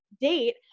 date